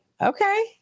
Okay